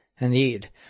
Indeed